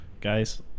Guys